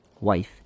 wife